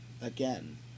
again